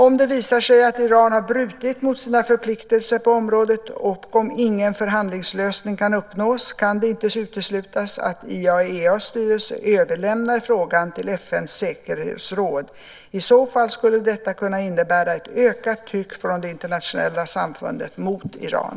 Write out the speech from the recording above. Om det visar sig att Iran har brutit mot sina förpliktelser på området och om ingen förhandlingslösning kan uppnås kan det inte uteslutas att IAEA:s styrelse överlämnar frågan till FN:s säkerhetsråd. I så fall skulle detta kunna innebära ett ökat tryck från det internationella samfundet på Iran.